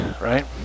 right